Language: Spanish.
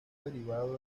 derivado